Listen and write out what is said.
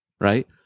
right